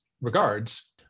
regards